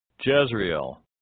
Jezreel